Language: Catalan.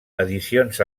edicions